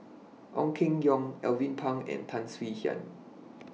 Ong Keng Yong Alvin Pang and Tan Swie Hian